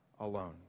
alone